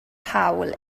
hawl